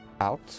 out